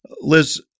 Liz